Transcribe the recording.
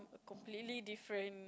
completely different